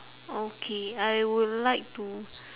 okay I would like to